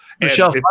Michelle